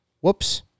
Whoops